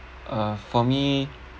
uh for me